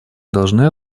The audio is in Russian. должны